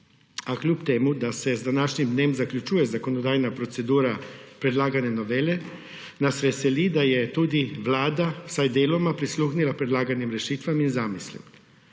več. Čeprav se z današnjim dnem zaključuje zakonodajna procedura predlagane novele, nas veseli, da je tudi Vlada, vsaj deloma, prisluhnila predlaganim rešitvam in zamislim.